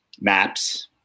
Maps